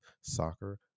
soccer